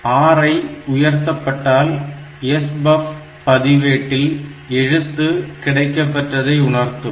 RI உயர்த்தப்பட்டால் SBUF பதிவேட்டில் எழுத்து கிடைக்கப்பெற்றதை உணர்த்தும்